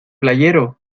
playero